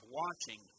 watching